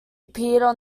appeared